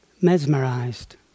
mesmerized